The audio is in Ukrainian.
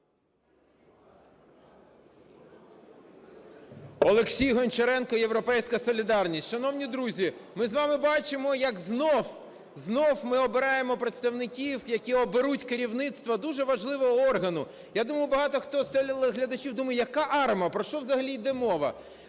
Олексій Гончаренко, "Європейська солідарність". Шановні друзі, ми з вами бачимо, як знову, знову ми обираємо представників, які оберуть керівництво дуже важливого органу. Я думаю, багато хто з телеглядачів думають: яка АРМА, про що взагалі йде мова?